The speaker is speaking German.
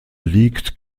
liegt